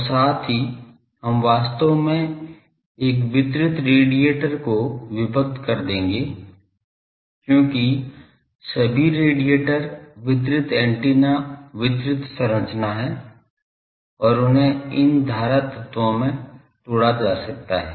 और साथ ही हम वास्तव में एक वितरित रेडिएटर को विभक्त कर देंगे क्योंकि सभी रेडिएटर वितरित एंटीना वितरित संरचना हैं और उन्हें इन धारा तत्वों में तोड़ा जा सकता है